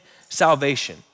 salvation